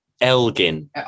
Elgin